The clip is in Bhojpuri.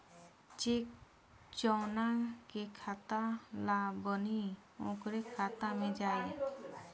चेक जौना के खाता ला बनी ओकरे खाता मे जाई